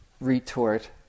retort